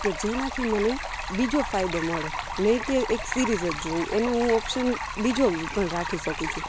કે જેનાથી મને બીજો ફાયદો મળે નહીં કે એક સિરીઝ જ જોઉં એનો હું ઓપ્શન બીજો પણ રાખી શકું છું